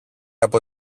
από